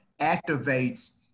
activates